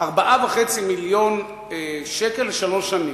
4.5 מיליוני שקלים לשלוש שנים.